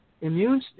immune